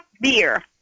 beer